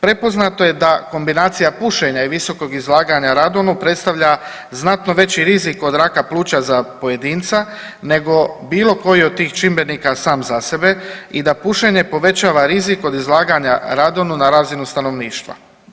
Prepoznato je da kombinacija pušenja i visokog izlaganja radonu predstavlja znatno veći rizik od raka pluća za pojedinca nego bilo koji od tih čimbenika sam za sebe i da pušenje povećava rizik od izlaganja radonu na razinu stanovništva.